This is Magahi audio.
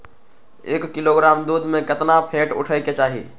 एक किलोग्राम दूध में केतना फैट उठे के चाही?